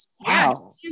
wow